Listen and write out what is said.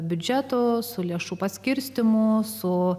biudžeto su lėšų paskirstymo su